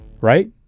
right